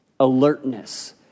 alertness